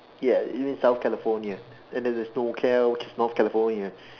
ya you mean South California and then there's norcal which is North California